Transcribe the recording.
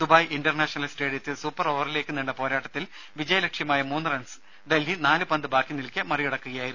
Dubai international സ്റ്റേഡിയത്തിൽ super ഓവറിലേക്ക് നീണ്ട പോരാട്ടത്തിൽ വിജയലക്ഷ്യമായ മൂന്ന് റൺസ് ഡൽഹി നാല് പന്ത് ബാക്കി നിൽക്കെ മറികടക്കുകയായിരുന്നു